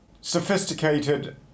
sophisticated